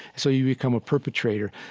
so you become a perpetrator.